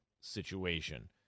situation